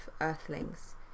earthlings